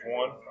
one